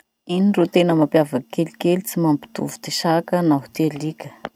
Ino ro tena mampiavaky kelikely tsy mampitovy ty saka noho ty alika?